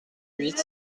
huit